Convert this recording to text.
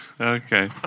Okay